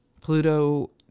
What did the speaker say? Pluto